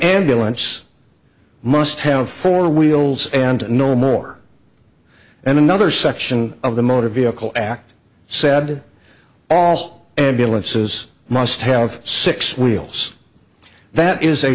ambulance must have four wheels and no more and another section of the motor vehicle act said all ambulances must have six wheels that is a